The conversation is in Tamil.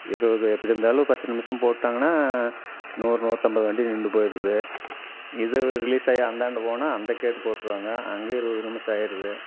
இருபது எப்படி இருந்தாலும் பத்து நிமிஷம் போட்டாங்கன்னா நூறு நூற்றம்பது வண்டி நின்று போயிருது இதை ரிலீஸ் ஆயி அந்தாண்ட போனா அந்த கேட் போட்ருவாங்க அங்கே இருபது நிமிஷம் ஆயிருது